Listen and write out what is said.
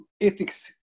ethics